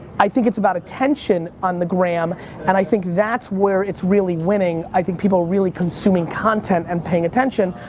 i think it's about attention on the gram and i think that's where it's really winning. i think people are really consuming content and paying attention.